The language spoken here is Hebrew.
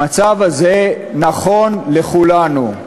המצב הזה נכון לכולנו.